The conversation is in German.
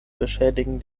beschädigen